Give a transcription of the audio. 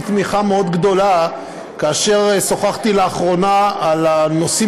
תמיכה מאוד גדולה כאשר שוחחתי לאחרונה על הנושאים